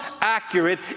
accurate